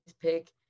pick